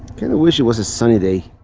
kinda wish it was a sunny day.